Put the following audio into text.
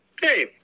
Hey